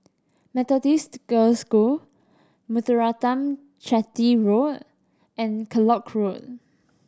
Methodist Girls' School Muthuraman Chetty Road and Kellock Road